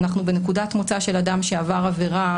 אנחנו בנקודת מוצא של אדם שעבר עבירה,